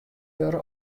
wurde